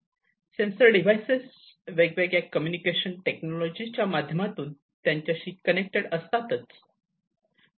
sensor devices वेगवेगळ्या communication technology च्या माध्यमातून त्यांच्याशी कनेक्टेड असतात